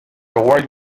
wild